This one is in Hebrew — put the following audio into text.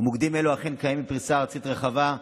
ומוקדים אלה אכן קיימים בפריסה ארצית רחבה,